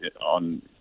on